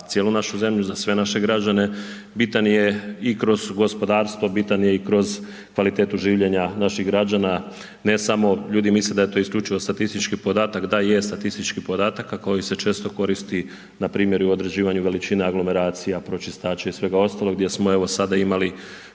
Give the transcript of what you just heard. cijelu našu zemlju za sve naše građane, bitan i kroz gospodarstvo, bitan je i kroz kvalitetu življena naših građana, ne samo ljudi misle da je to isključivo statistički podatak, da je statistički podatak a koji se često koristi npr. i u određivanju veličina aglomeracija, pročistača i svega ostaloga gdje smo evo sada imali